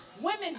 women